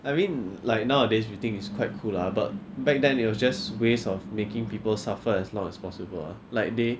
I mean like nowadays you think is quite cool lah but back then it was just ways of making people suffer as long as possible ah like they